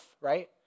right